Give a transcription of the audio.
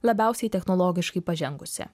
labiausiai technologiškai pažengusi